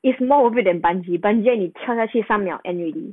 it's not worth it the bungee bungee 你跳下去三秒 end already